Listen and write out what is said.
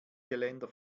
geländer